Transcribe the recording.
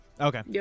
Okay